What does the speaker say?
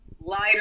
lighter